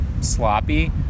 sloppy